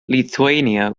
lithuania